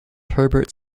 herbert